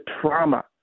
trauma